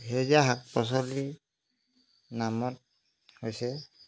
সেউজীয়া শাক পাচলিৰ নামত হৈছে